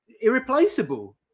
irreplaceable